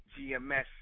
GMS